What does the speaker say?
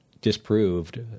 disproved